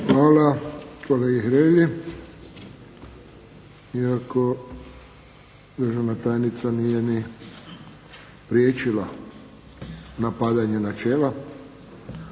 Hvala kolegi Hrelji. I ako državna tajnica nije priječila napadanje načela